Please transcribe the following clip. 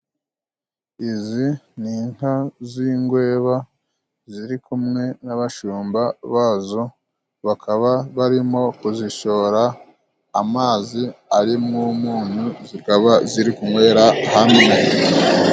Izi ni inka z'ingweba ziri kumwe n'abashumba bazo, bakaba barimo kuzishora amazi arimo umunyu, zikaba ziri kunywera hamwe.